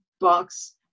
box